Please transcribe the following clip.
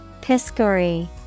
Piscary